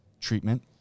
treatment